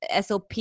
SOP